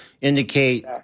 indicate